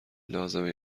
لازمه